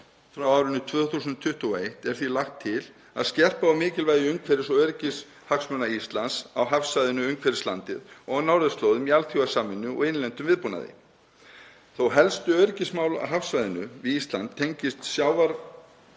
frá árinu 2021 er því lagt til að skerpa á mikilvægi umhverfis- og öryggishagsmuna Íslands á hafsvæðinu umhverfis landið og á norðurslóðum í alþjóðasamvinnu og innlendum viðbúnaði. Þó að helstu öryggismál á hafsvæðinu við Ísland tengist